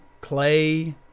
clay